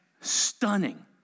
stunning